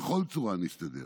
בכל צורה נסתדר: